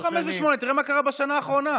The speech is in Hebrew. עזוב חמש ושמונה, תראה מה קרה בשנה האחרונה.